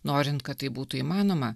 norint kad tai būtų įmanoma